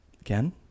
again